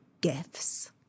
gifts